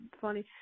funny